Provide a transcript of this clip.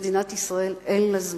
למדינת ישראל אין זמן.